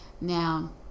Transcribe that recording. Now